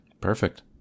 Perfect